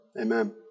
amen